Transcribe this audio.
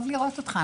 טוב לראות אותך.